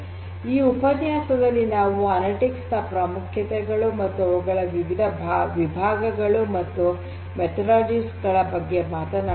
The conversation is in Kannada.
ಈ ಉಪನ್ಯಾಸದಲ್ಲಿ ನಾವು ಅನಲಿಟಿಕ್ಸ್ ನ ಪ್ರಾಮುಖ್ಯತೆಗಳು ಮತ್ತು ಅವುಗಳ ವಿವಿಧ ವಿಭಾಗಗಳು ಮತ್ತು ವಿಧಾನಗಳ ಬಗ್ಗೆ ಮಾತನಾಡಿದೆವು